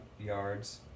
yards